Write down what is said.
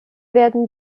werden